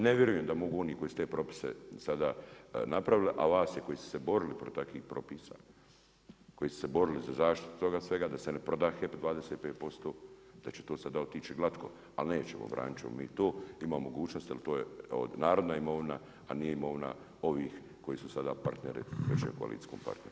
Ne vjerujem da mogu oni koji su te propise sada napravili a vas je koji ste se borili protiv takvih propisa, koji ste borili za zaštitu toga svega, da se ne proda HEP 25%, da će to sada otići glatko, ali nećemo, braniti ćemo mi to, ima mogućnosti ali to je narodna imovina a nije imovina ovih koji su sada partneri većem koalicijskom partneru.